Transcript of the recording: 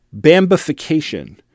Bambification-